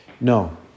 no